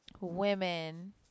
women